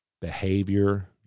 behavior